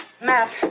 Matt